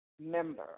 member